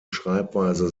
schreibweise